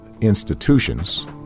institutions